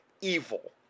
evil